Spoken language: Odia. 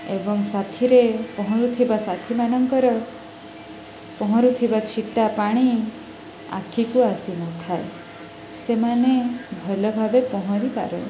ଏବଂ ସାଥିରେ ପହଁରୁଥିବା ସାଥିମାନଙ୍କର ପହଁରୁଥିବା ଛିଟା ପାଣି ଆଖିକୁ ଆସିନଥାଏ ସେମାନେ ଭଲ ଭାବେ ପହଁରିପାରନ୍ତି